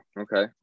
Okay